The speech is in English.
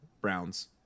Browns